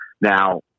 Now